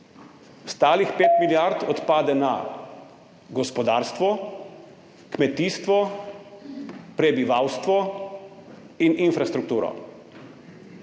Ostalih 5 milijard odpade na gospodarstvo, kmetijstvo, prebivalstvo in infrastrukturo.